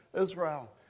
Israel